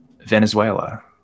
Venezuela